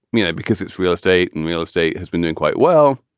you know, because it's real estate and real estate has been doing quite well.